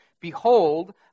Behold